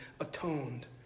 atoned